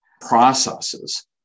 processes